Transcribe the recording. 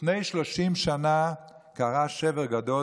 לפני 30 שנה קרה שבר גדול,